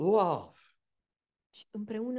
love